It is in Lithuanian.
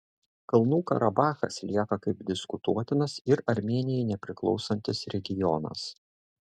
kalnų karabachas lieka kaip diskutuotinas ir armėnijai nepriklausantis regionas